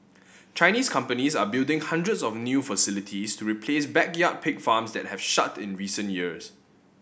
Chinese companies are building hundreds of new facilities to replace backyard pig farms that have shut in recent years